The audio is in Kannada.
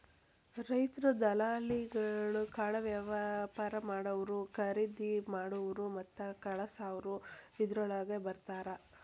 ರೈತ್ರು, ದಲಾಲಿಗಳು, ಕಾಳವ್ಯಾಪಾರಾ ಮಾಡಾವ್ರು, ಕರಿದಿಮಾಡಾವ್ರು ಮತ್ತ ಕಳಸಾವ್ರು ಇದ್ರೋಳಗ ಬರ್ತಾರ